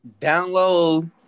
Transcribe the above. Download